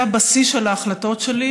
זה הבסיס של ההחלטות שלי,